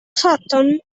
sutton